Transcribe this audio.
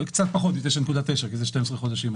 קצת פחות מ-9.9% כי זה 12 חודשים.